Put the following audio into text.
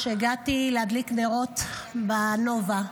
כשהגעתי להדליק נרות בנובה.